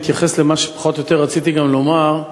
התייחס למה שפחות או יותר גם אני רציתי לומר.